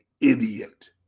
idiot